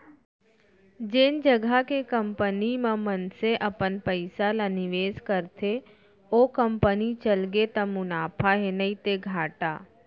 जेन जघा के कंपनी म मनसे अपन पइसा ल निवेस करथे ओ कंपनी चलगे त मुनाफा हे नइते घाटा